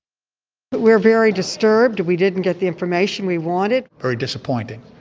but we are very disturbed. we didn't get the information we wanted. very disappointing.